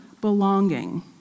belonging